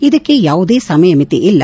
ಇದಕ್ಕೆ ಯಾವುದೇ ಸಮಯಮಿತಿ ಇಲ್ಲ